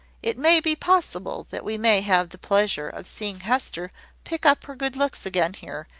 it may be possible that we may have the pleasure of seeing hester pick up her good looks again here,